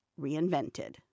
reinvented